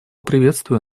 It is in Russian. приветствую